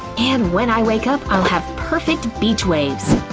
and when i wake up i'll have perfect beach waves!